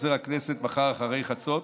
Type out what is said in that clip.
תתפזר הכנסת מחר אחרי חצות.